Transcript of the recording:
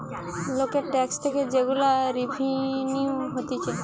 লোকের ট্যাক্স থেকে যে গুলা রেভিনিউ হতিছে